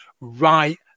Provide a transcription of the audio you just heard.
right